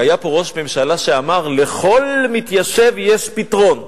כי היה פה ראש ממשלה שאמר: לכל מתיישב יש פתרון.